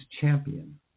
champion